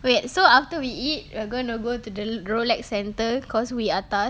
wait so after we eat we're going to go to the l~ Rolex centre cause we atas